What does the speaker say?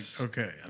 okay